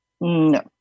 No